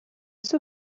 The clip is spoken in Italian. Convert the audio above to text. suo